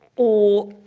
or